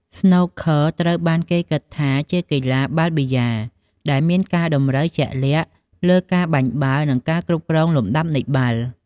ស្នូកឃឺត្រូវបានគេគិតថាជាកីឡាបាល់ប៊ីយ៉ាលដែលមានការតម្រូវជាក់លាក់លើការបាញ់បាល់ និងការគ្រប់គ្រងលំដាប់នៃបាល់។